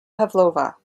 pavlova